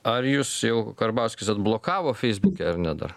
ar jus jau karbauskis atblokavo feisbuke ar ne dar